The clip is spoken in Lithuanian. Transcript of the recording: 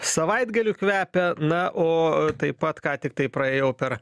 savaitgaliu kvepia na o taip pat ką tiktai praėjau per